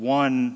one